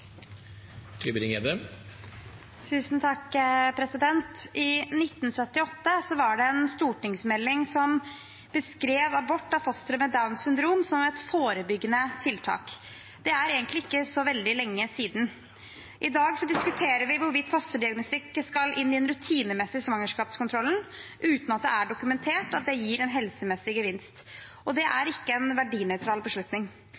I 1978 var det en stortingsmelding som beskrev abort av fostre med Downs syndrom som et forebyggende tiltak. Det er egentlig ikke så veldig lenge siden. I dag diskuterer vi hvorvidt fosterdiagnostikk skal inn i den rutinemessige svangerskapskontrollen, uten at det er dokumentert at det gir en helsemessig gevinst. Det er ikke en verdinøytral beslutning.